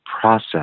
process